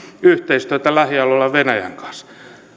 yhteistyötä lähialueilla venäjän kanssa